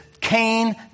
Cain